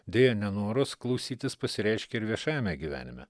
deja nenoras klausytis pasireiškia ir viešajame gyvenime